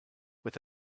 with